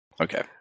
Okay